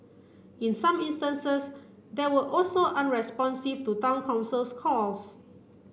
in some instances they were also unresponsive to Town Council's calls